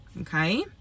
Okay